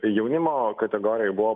jaunimo kategorijoj buvo